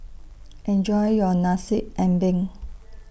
Enjoy your Nasi Ambeng